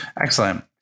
Excellent